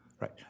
Right